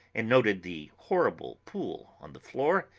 and noted the horrible pool on the floor,